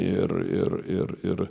ir ir ir ir